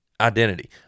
identity